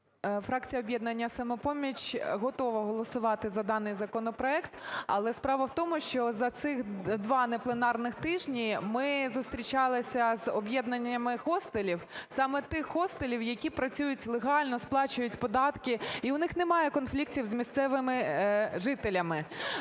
Фракція "Об'єднання "Самопоміч" готова голосувати за даний законопроект. Але справа в тому, що за цих два непленарних тижні ми зустрічалися з об'єднаннями хостелів, саме тих хостелів, які працюють легально, сплачують податки. І в них немає конфліктів з місцевими жителями.